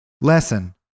Lesson